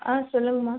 ஆ சொல்லுங்கம்மா